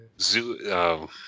Zoo